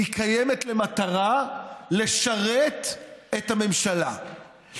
היא קיימת למטרה לשרת את הממשלה,